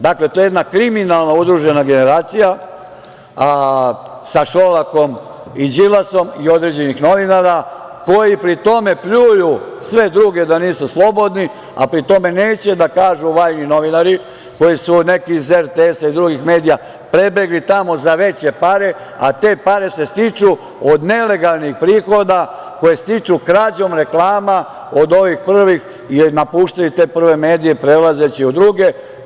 Dakle, to je jedna kriminalna udružena generacija, sa Šolakom i Đilasom, i određenih novinara, koji pri tome pljuju sve druge da nisu slobodni, a pri tome neće da kažu, vajni novinari, koji su neki iz RTS-a i drugih medija prebegli tamo za veće pare, a te pare se stiču od nelegalnih prihoda koje stiču krađom reklama od ovih prvih, jer napuštaju te prve medije prelazeći u druge.